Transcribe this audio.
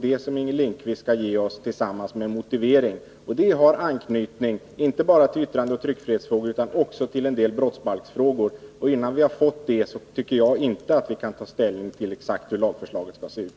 Det skall Inger Lindquist ge oss tillsammans med en motivering, och det har anknytning inte bara till yttrandefrihetsoch tryckfrihetsfrågor utan också till en del brottsbalksfrågor. Innan vi har fått förslaget tycker jag inte att vi kan ta ställning till hur lagstiftningen skall se ut.